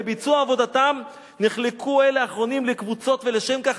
"לביצוע עבודתם נחלקו אלה לקבוצות ולשם כך